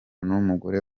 n’umugore